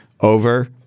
over